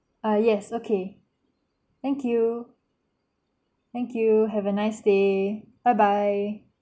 err yes okay thank you thank you have a nice day bye bye